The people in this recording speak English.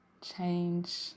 change